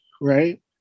right